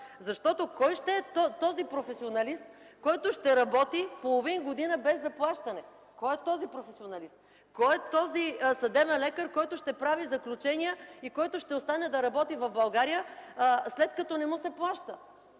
Защото кой ще е този професионалист, който ще работи половин година без заплащане. Кой е този професионалист? Кой е този съдебен лекар, който ще прави заключения и ще остане да работи в България, след като не му се плаща?!